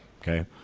Okay